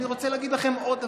אני רוצה להגיד לכם עוד דבר.